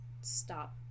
stop